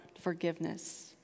forgiveness